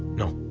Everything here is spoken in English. no